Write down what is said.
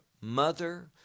mother